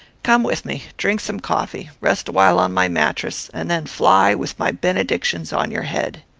come with me, drink some coffee, rest a while on my mattress, and then fly, with my benedictions on your head.